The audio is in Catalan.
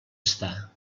estar